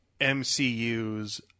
MCU's